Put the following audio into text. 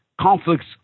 conflicts